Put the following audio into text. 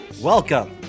Welcome